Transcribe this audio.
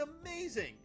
amazing